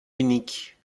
unique